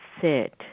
sit